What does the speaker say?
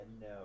no